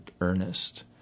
earnest